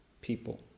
people